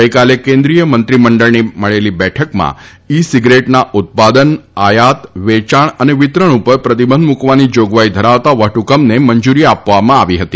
ગઇકાલે કેન્દ્રિય મંત્રીમં ળની મળેલી બેઠકમાં ઇ સીગરેટના ઉત્પાદન આયાત વેચાણ અને વિતરણ ઉપર પ્રતિબંધ મુકવાની જાગવાઇ ધરાવતા વટહકુમને મંજુરી આપવામાં આવી હતી